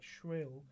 shrill